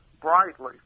brightly